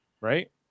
Right